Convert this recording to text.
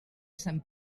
sant